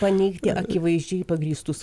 paneigti akivaizdžiai pagrįstus